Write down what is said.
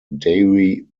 dairy